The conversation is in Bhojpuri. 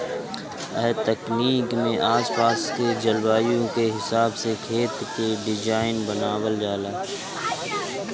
ए तकनीक में आस पास के जलवायु के हिसाब से खेत के डिज़ाइन बनावल जाला